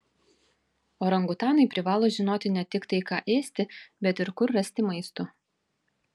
orangutanai privalo žinoti ne tik tai ką ėsti bet ir kur rasti maisto